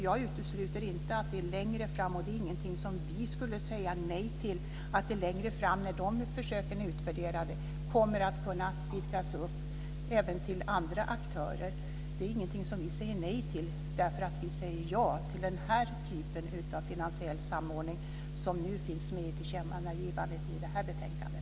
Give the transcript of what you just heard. Jag utesluter inte att detta längre fram, när de försöken är utvärderade, kommer att kunna vidgas även till andra aktörer. Det är ingenting som vi säger nej till därför att vi säger ja till den typ av finansiell samordning som finns med i tillkännagivandet i det här betänkandet.